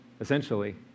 essentially